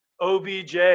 OBJ